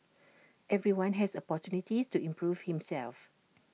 everyone has opportunities to improve himself